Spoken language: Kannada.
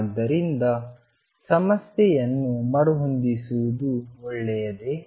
ಆದ್ದರಿಂದ ಸಮಸ್ಯೆಯನ್ನು ಮರುಹೊಂದಿಸುವುದು ಒಳ್ಳೆಯದೇ